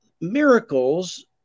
miracles